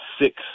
six